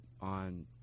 on